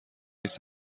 است